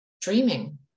dreaming